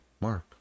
mark